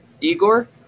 Igor